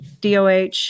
DOH